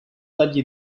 dagli